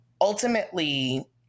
ultimately